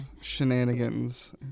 shenanigans